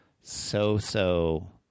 so-so